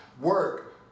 work